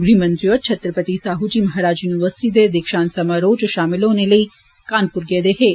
गृहमंत्री होर छत्तरपति साहू गी महाराज यूनिवर्सिटी दे दीक्षांत समारोह च षामल होने लेई कानपूर गेदे हे